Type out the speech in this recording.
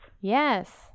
Yes